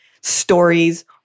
stories